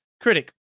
Critic